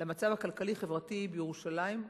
למצב הכלכלי-חברתי בירושלים,